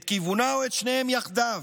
את כיוונה או את שניהם יחדיו.